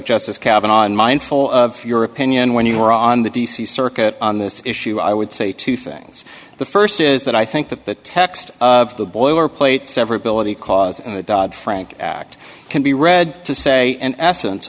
justice calvin on mindful of your opinion when you were on the d c circuit on this issue i would say two things the st is that i think that the text of the boilerplate severability cause in the dodd frank act can be read to say an essence